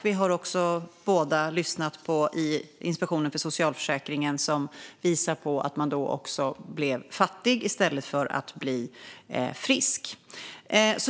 Vi har båda lyssnat på Inspektionen för socialförsäkringen, som visar på att man då blev fattig i stället för att bli frisk.